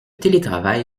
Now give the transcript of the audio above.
télétravail